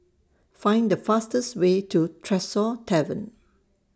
Find The fastest Way to Tresor Tavern